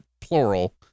plural